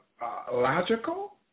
logical